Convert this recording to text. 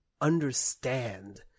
understand